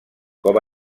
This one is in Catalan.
com